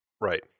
Right